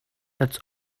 that’s